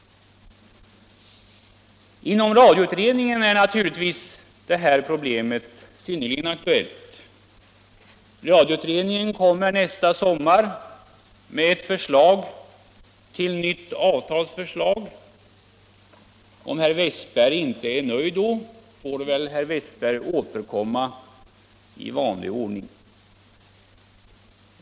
Inom radioutredningen är naturligtvis detta problem aktuellt. Radioutredningen kommer nästa sommar med ett förslag till nytt avtal. Om herr Westberg inte blir nöjd då, får han väl återkomma i vanlig ordning.